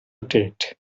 rotate